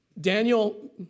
Daniel